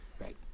Right